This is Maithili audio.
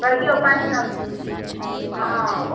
कहियौ कनियाँ